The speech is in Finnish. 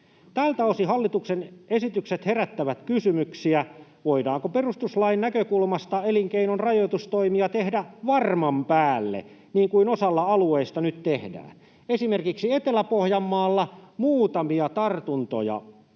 Tältä osin hallituksen esitykset herättävät kysymyksiä, voidaanko perustuslain näkökulmasta elinkeinonrajoitustoimia tehdä varman päälle, niin kuin osalla alueista nyt tehdään. Esimerkiksi Etelä-Pohjanmaalla on muutamia tartuntoja